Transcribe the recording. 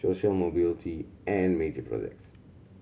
social mobility and major projects